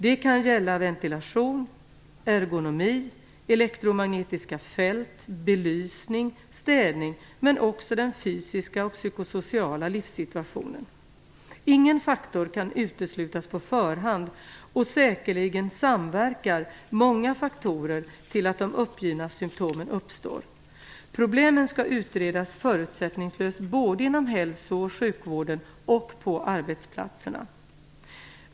Det kan gälla ventilation, ergonomi, elektromagnetiska fält, belysning, städning men också den fysiska och psykosociala livssituationen. Ingen faktor kan uteslutas på förhand, och säkerligen samverkar många faktorer till att de uppgivna symtomen uppstår. Problemen skall utredas förutsättningslöst såväl inom hälso och sjukvården som på arbetplatserna.